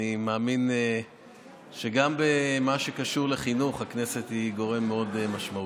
אני מאמין שגם במה שקשור לחינוך הכנסת היא גורם מאוד משמעותי.